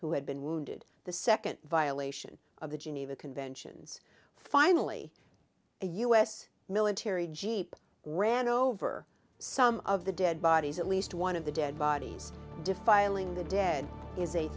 who had been wounded the second violation of the geneva conventions finally a u s military jeep ran over some of the dead bodies at least one of the dead bodies defiling the dead is a